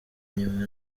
nyuma